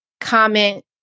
comment